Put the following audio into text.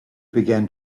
began